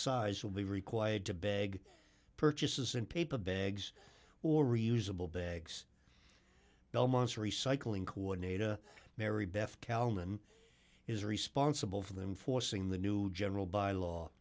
size will be required to beg purchases in paper bags or reusable bags belmont's recycling coordinator mary beth kalman is responsible for them forcing the new general by law